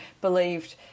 believed